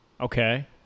Okay